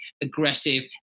aggressive